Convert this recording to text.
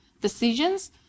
decisions